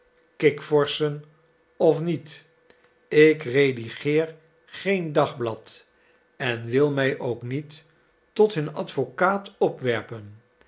kikvorschen of niet ik redigeer geen dagblad en wil mij ook niet tot hun advocaat opwerpen